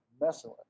messing